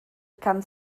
kann